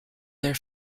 their